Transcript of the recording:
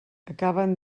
acaben